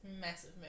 massive